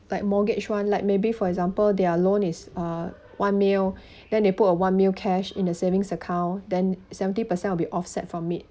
like mortgage [one] like maybe for example their loan is uh one mil then they put a one mil cash in a savings account than seventy percent will be offset from it